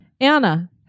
Anna